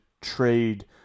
trade